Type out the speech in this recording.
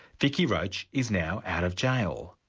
vickie roach is now out of jail.